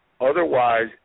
otherwise